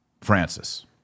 Francis